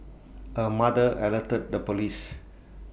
her mother alerted the Police